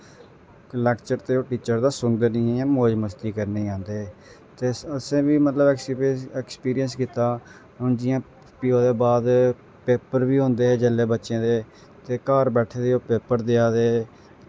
lecture ते ओह् teacher दा सुनदे निं हे इ'यां मौज मस्ती करने गी आंदे हे ते असें बी मतलब ऐक्स ऐक्सपिरियंस कीता हून जियां फ्ही ओह्दे बाद पेपर बी होंदे हे जिसलै बच्चें दे ते घर बैठियै ओह् पेपर देआ दे